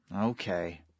okay